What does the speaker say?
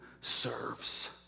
serves